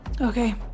Okay